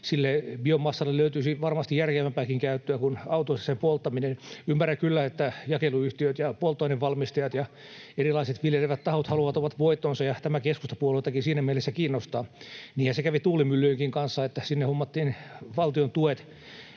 Sille biomassalle löytyisi varmasti järkevämpääkin käyttöä kuin sen polttaminen autoissa. Ymmärrän kyllä, että jakeluyhtiöt ja polttoainevalmistajat ja erilaiset viljelevät tahot haluavat omat voittonsa ja tämä keskustapuoluettakin siinä mielessä kiinnostaa. Niinhän se kävi tuulimyllyjenkin kanssa, että hommattiin valtiontuet